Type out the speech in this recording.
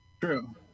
True